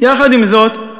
יחד עם זאת,